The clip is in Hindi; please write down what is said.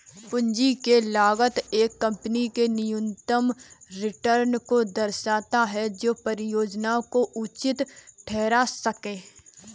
पूंजी की लागत एक कंपनी के न्यूनतम रिटर्न को दर्शाता है जो परियोजना को उचित ठहरा सकें